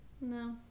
No